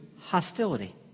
hostility